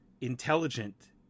intelligent